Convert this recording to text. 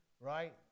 right